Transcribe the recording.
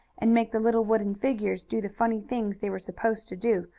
and make the little wooden figures do the funny things they were supposed to do.